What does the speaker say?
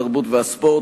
התרבות והספורט,